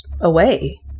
away